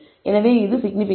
எனவே இது சிக்னிபிகன்ட் தான்